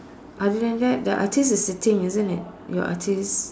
other than that the artist is sitting isn't your artist